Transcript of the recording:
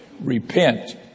Repent